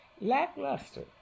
Lackluster